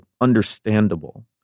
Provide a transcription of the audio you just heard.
understandable